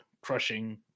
crushing